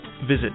Visit